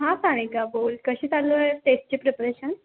हा सानिका बोल कशी चालू आहे टेस्टची प्रिपरेशन